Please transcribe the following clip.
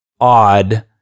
odd